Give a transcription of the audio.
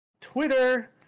Twitter